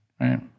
right